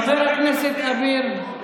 חבר הכנסת אביר,